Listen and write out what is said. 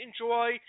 enjoy